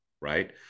right